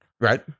Right